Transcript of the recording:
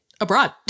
abroad